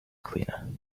cleaner